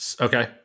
Okay